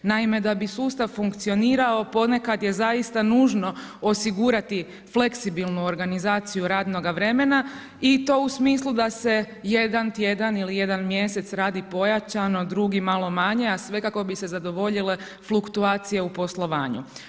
Naime, da bi sustav funkcionirao ponekad je zaista nužno osigurati fleksibilnu organizaciju radnoga vremena i to u smislu da se jedan tjedan ili jedan mjesec radi pojačano, drugi malo manje, a sve kako bi se zadovoljile fluktuacije u poslovanju.